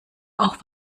auch